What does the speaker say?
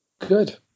Good